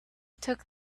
took